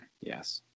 Yes